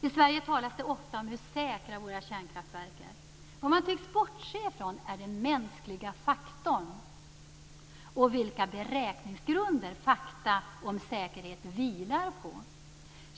I Sverige talas det ofta om hur säkra våra kärnkraftverk är. Vad man tycks bortse från är den mänskliga faktorn och vilka beräkningsgrunder fakta om säkerhet vilar på.